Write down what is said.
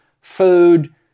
food